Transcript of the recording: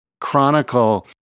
chronicle